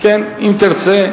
אם תרצה,